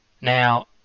Now